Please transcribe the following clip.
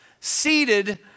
seated